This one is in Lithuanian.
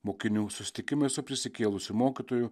mokinių susitikimai su prisikėlusiu mokytoju